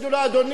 יגידו לו: אדוני,